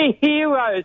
heroes